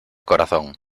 corazón